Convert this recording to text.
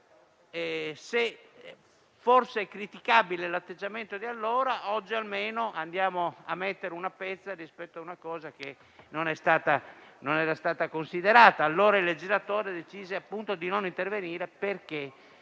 Se forse è criticabile l'atteggiamento di allora, oggi almeno andiamo a mettere una pezza rispetto a un'ipotesi che non era stata considerata. Allora il legislatore decise di non intervenire perché